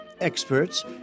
experts